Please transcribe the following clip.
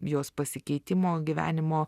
jos pasikeitimo gyvenimo